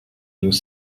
nous